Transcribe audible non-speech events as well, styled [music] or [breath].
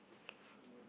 [breath]